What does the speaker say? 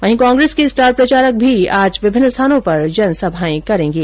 वहीं कांग्रेस के स्टार प्रचारक भी आज विभिन्न स्थानों पर जनसभाएं करेंगे